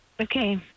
Okay